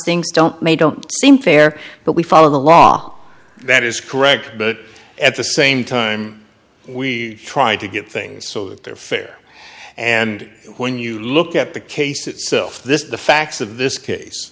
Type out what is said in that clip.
things don't may don't seem fair but we follow the law that is correct but at the same time we try to get things so that they're fair and when you look at the case itself this is the facts of this case